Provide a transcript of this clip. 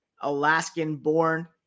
Alaskan-born